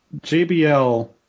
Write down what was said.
JBL